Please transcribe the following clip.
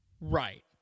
Right